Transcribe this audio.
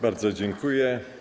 Bardzo dziękuję.